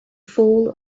fall